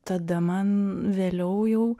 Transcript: tada man vėliau jau